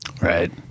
Right